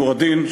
נור א-דין,